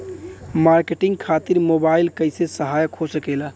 Marketing खातिर mobile कइसे सहायक हो सकेला?